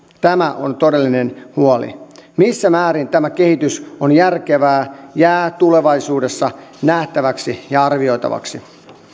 tämä on todellinen huoli missä määrin tämä kehitys on järkevää jää tulevaisuudessa nähtäväksi ja arvioitavaksi